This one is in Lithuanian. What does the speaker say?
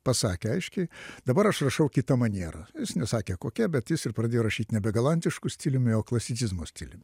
pasakė aiškiai dabar aš rašau kita maniera jis nesakė kokia bet jis ir pradėjo rašyt nebe galantišku stiliumi o klasicizmo stiliumi